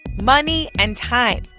money and time.